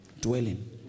dwelling